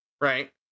right